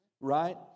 Right